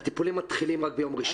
הטיפולים מתחילים רק ביום ראשון.